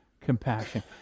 compassion